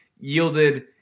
yielded